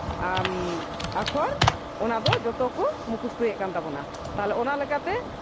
ᱚᱞ ᱟᱠᱷᱚᱨ ᱚᱱᱟᱫᱚ ᱡᱚᱛᱚ ᱠᱚ ᱢᱩᱠᱷᱚᱥᱛᱚᱭᱮᱜ ᱛᱟᱵᱚᱱᱟ ᱛᱟᱦᱚᱞᱮ ᱚᱱᱟ ᱞᱮᱠᱟᱛᱮ